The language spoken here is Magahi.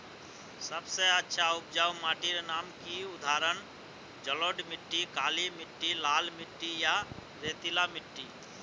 सबसे अच्छा उपजाऊ माटिर नाम की उदाहरण जलोढ़ मिट्टी, काली मिटटी, लाल मिटटी या रेतीला मिट्टी?